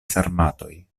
sarmatoj